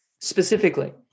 specifically